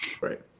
right